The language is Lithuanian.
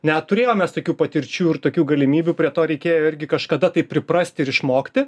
neturėjom mes tokių patirčių ir tokių galimybių prie to reikėjo irgi kažkada tai priprasti ir išmokti